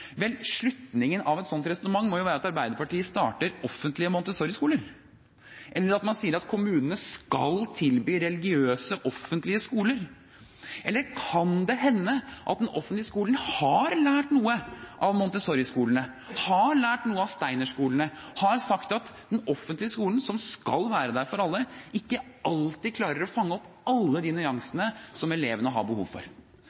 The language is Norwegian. Vel, slutningen av et slikt resonnement må være at Arbeiderpartiet starter offentlige montessoriskoler, eller at man sier at kommunene skal tilby religiøse offentlige skoler. Eller kan det hende at den offentlige skolen har lært noe av montessoriskolene, har lært noe av steinerskolene, har sett at den offentlige skolen, som skal være der for alle, ikke alltid klarer å fange opp alle de nyansene som elevene har behov for?